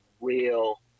real